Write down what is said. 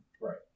Right